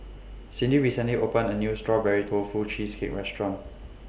Cydney recently opened A New Strawberry Tofu Cheesecake Restaurant